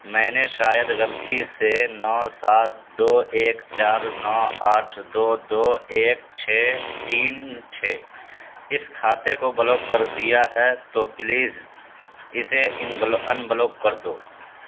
میں نے شاید غلطی سے نو سات دو ایک چار نو آٹھ دو دو ایک چھ تین چھ اس کھاتے کو بلاک کر دیا ہے تو پلیز اسے ان ان بلاک کر دو